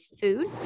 food